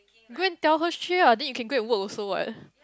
go and tell her straight ah then you can go and work also what